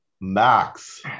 Max